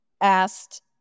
asked